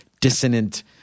dissonant